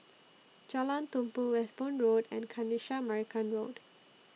Jalan Tumpu Westbourne Road and Kanisha Marican Road